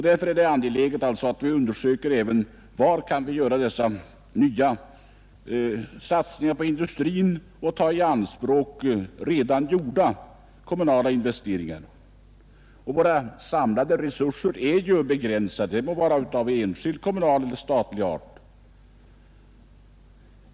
Därför är det angeläget att undersöka även var vi kan göra dessa nya satsningar på industrin och ta i anspråk redan gjorda kommunala investeringar. Våra samlade resurser är ju begränsade, de må vara av enskild, kommunal eller statlig art.